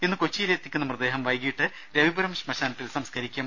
ഇന്ന് കൊച്ചിയിലെത്തിക്കുന്ന മൃതദേഹം വൈകിട്ട് രവിപുരം ശ്മശാനത്തിൽ സംസ്കരിക്കും